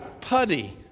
Putty